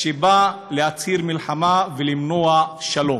שבא להצהיר מלחמה ולמנוע שלום,